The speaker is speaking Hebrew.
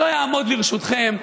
שלא יעמוד לרשותכם,